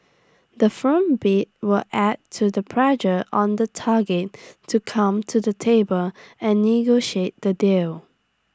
the firm bid will add to the pressure on the target to come to the table and negotiate the deal